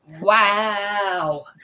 wow